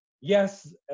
yes